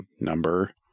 number